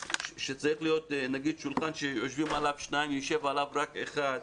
שולחן שצריכים לשבת לידו שני תלמידים אבל ישב לידו תלמיד אחד.